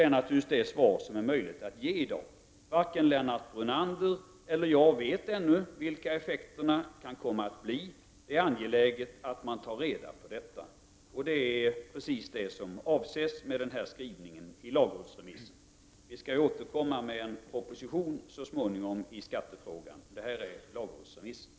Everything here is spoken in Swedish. Det är naturligtvis det svar som är möjligt att ge i dag. Varken Lennart Brunander eller jag vet ännu vilka effekterna kan komma att bli. Det är angeläget att man tar reda på detta. Det är precis det som avses med skrivningen i lagrådsremissen. Vi återkommer så småningom med en proposition i skattefrågan. Det här var således lagrådsremissen.